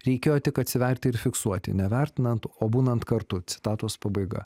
reikėjo tik atsiverti ir fiksuoti nevertinant o būnant kartu citatos pabaiga